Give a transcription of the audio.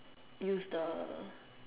use the